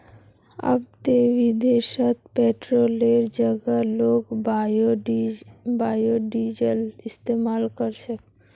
अब ते विदेशत पेट्रोलेर जगह लोग बायोडीजल इस्तमाल कर छेक